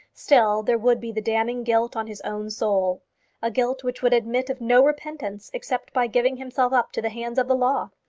still there would be the damning guilt on his own soul a guilt which would admit of no repentance except by giving himself up to the hands of the law!